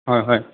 হয় হয়